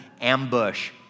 ambush